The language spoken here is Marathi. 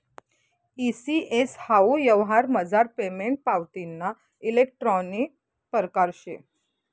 ई सी.एस हाऊ यवहारमझार पेमेंट पावतीना इलेक्ट्रानिक परकार शे